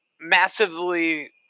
massively